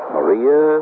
Maria